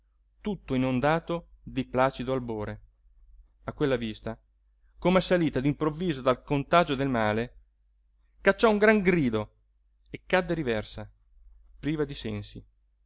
tutto inondato di placido albore a quella vista come assalita d'improvviso dal contagio del male cacciò un gran grido e cadde riversa priva di sensi